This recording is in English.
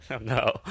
No